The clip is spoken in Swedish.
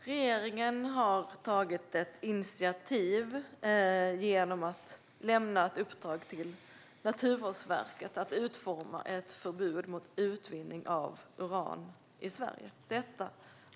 Fru talman! Regeringen har tagit ett initiativ genom att lämna ett uppdrag till Naturvårdsverket att utforma ett förbud mot utvinning av uran i Sverige.